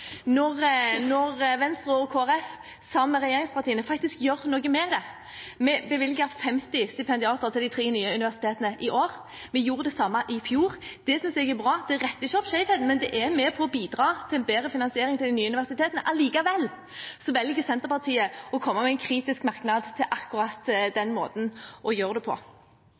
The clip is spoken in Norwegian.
når Venstre og Kristelig Folkeparti sammen med regjeringspartiene faktisk gjør noe med det. Vi bevilger 50 stipendiatstillinger til de tre nye universitetene i år. Vi gjorde det samme i fjor. Det synes jeg er bra. Det retter ikke opp skjevheten, men det er med på å bidra til en bedre finansiering av de nye universitetene. Allikevel velger Senterpartiet å komme med en kritisk merknad til akkurat